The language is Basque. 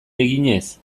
eginez